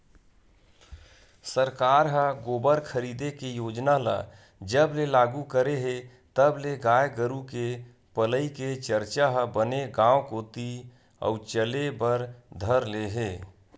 सरकार ह गोबर खरीदे के योजना ल जब ले लागू करे हे तब ले गाय गरु के पलई के चरचा ह बने गांव कोती अउ चले बर धर ले हे